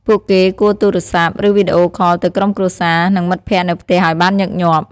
ពួកគេគួរទូរស័ព្ទ ឬវីដេអូខលទៅក្រុមគ្រួសារ និងមិត្តភក្តិនៅផ្ទះឲ្យបានញឹកញាប់។